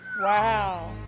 Wow